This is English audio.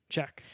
Check